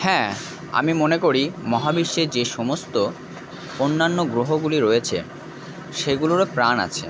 হ্যাঁ আমি মনে করি মহাবিশ্বে যে সমস্ত অন্যান্য গ্রহগুলি রয়েছে সেগুলোরও প্রাণ আছে